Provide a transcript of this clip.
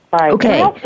Okay